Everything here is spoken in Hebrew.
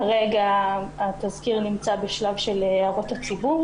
כרגע התזכיר נמצא בשלב של הערות לציבור